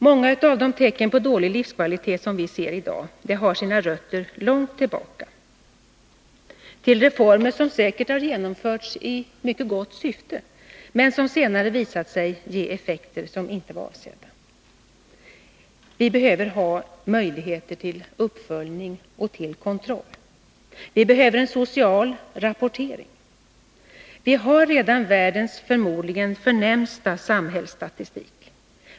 Många av de tecken på dålig livskvalitet som vi ser i dag har sina rötter långt tillbaka, till reformer som säkert har genomförts i mycket gott syfte men som senare har visat sig ge effekter som inte var avsedda. Vi behöver ha möjligheter till uppföljning och till kontroll. Vi behöver en social rapportering. Vi har redan världens förmodligen förnämsta samhällsstatistik.